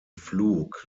flug